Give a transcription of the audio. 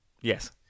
Yes